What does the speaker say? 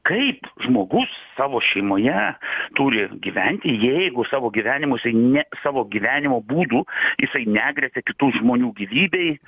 kaip žmogus savo šeimoje turi gyventi jeigu savo gyvenimu jisai ne savo gyvenimo būdu jisai negresia kitų žmonių gyvybei